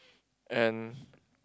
and